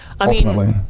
Ultimately